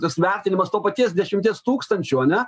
tas vertinimas to paties dešimties tūkstančių ane